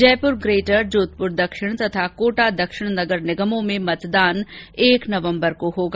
Jaipur greater Jodhpur दक्षिण तथा कोटा दक्षिण नगर निगमों में मतदान एक नवंबर को होगा